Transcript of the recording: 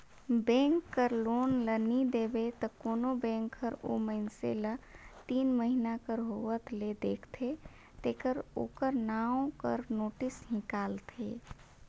bank कर loan ल नी देबे त कोनो बेंक हर ओ मइनसे ल तीन महिना कर होवत ले देखथे तेकर ओकर नांव कर नोटिस हिंकालथे